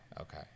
okay